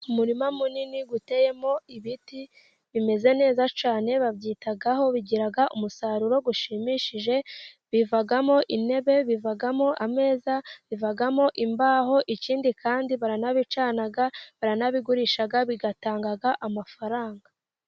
Umurima munini uteyemo ibiti bimeze neza cyane, babyitaho, bigira umusaruro ushimishije, bivamo intebe, bivamo ameza, bivamo imbaho, ikindi kandi baranabicana, baranabigurisha bigatanga amafaranga.